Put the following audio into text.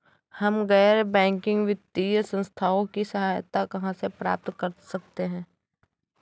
हम गैर बैंकिंग वित्तीय संस्थानों की सहायता कहाँ से प्राप्त कर सकते हैं?